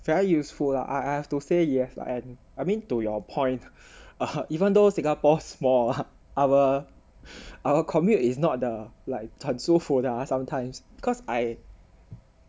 very useful lah I I have to say you've~ lah and I mean to your point uh even though singapore's small our our commute is not the like the 很舒服的这样 lah sometimes cause I